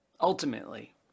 ultimately